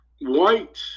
white